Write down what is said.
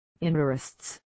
interests